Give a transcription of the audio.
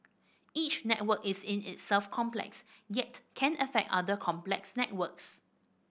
each network is in itself complex yet can affect other complex networks